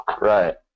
Right